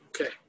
Okay